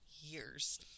years